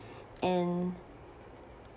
and